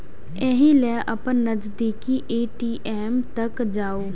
एहि लेल अपन नजदीकी ए.टी.एम तक जाउ